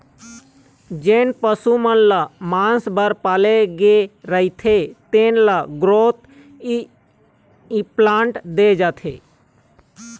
जेन पशु मन ल मांस बर पाले गे रहिथे तेन ल ग्रोथ इंप्लांट दे जाथे